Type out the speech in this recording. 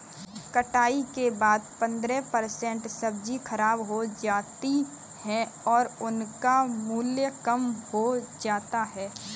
कटाई के बाद पंद्रह परसेंट सब्जी खराब हो जाती है और उनका मूल्य कम हो जाता है